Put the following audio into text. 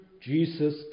Jesus